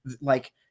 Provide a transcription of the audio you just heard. like-